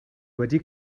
wedi